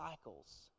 cycles